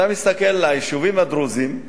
אתה מסתכל על היישובים הדרוזיים,